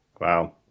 Wow